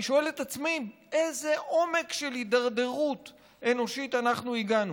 אני שואל את עצמי: לאיזה עומק של הידרדרות אנושית אנחנו הגענו?